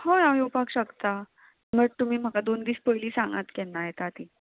हय हांव येवपाक शकता बट तुमी म्हाका दोन दीस पयली सांगात केन्ना येता ती